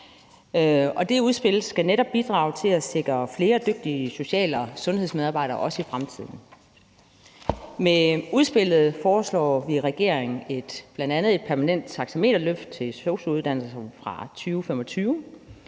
det udspil skal netop bidrage til at sikre flere dygtige social- og sundhedsmedarbejdere også i fremtiden. Med udspillet foreslår vi i regeringen bl.a. et permanent taxameterløft til sosu-uddannelsen fra 2025,